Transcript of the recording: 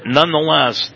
nonetheless